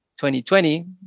2020